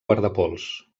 guardapols